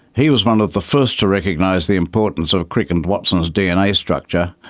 he was one of the first to recognise the importance of crick and watson's dna structure,